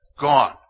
gone